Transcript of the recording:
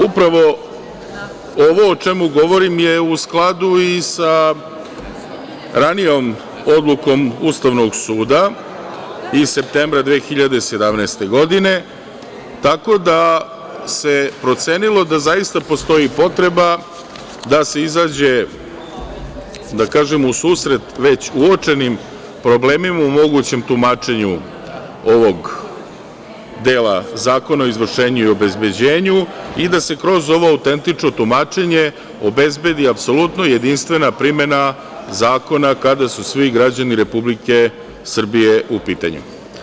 Upravo ovo o čemu govorim je u skladu i sa ranijom odlukom Ustavnog suda iz septembra 2017. godine, tako da se procenilo da zaista postoji potreba da se izađe, da kažem, u susret već uočenim problemima u mogućem tumačenju ovog dela Zakona o izvršenju i obezbeđenju i da se kroz ovo autentično tumačenje obezbedi apsolutno jedinstvena primena zakona kada su svi građani Republike Srbije u pitanju.